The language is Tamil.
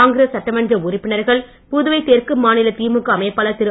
காங்கிரஸ் சட்டமன்ற உறுப்பினர்கள் புதுவை தெற்கு மாநில திமுக அமைப்பாளர் திரு